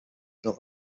built